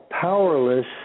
powerless